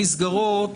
המסגרות